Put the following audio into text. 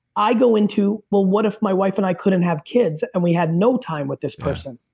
i go into, well what if my wife and i couldn't have kids, and we had no time with this person?